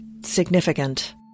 significant